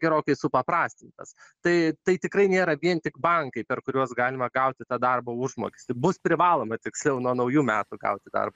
gerokai supaprastintas tai tai tikrai nėra vien tik bankai per kuriuos galima gauti tą darbo užmokestį bus privaloma tiksliau nuo naujų metų gauti darbo